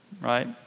Right